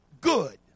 good